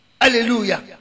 hallelujah